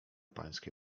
pańskie